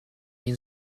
mean